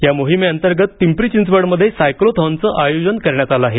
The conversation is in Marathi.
या मोहिमेअंतर्गत पिंपरी चिंचवडमध्ये सायक्लोथॉनचं आयोजन करण्यात आलं आहे